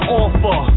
offer